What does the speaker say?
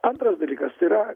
antras dalykas yra